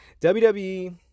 WWE